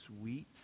sweet